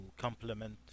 complement